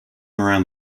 around